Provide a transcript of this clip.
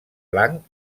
blanc